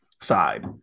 side